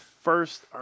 first